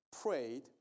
prayed